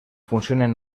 funcionin